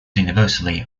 universally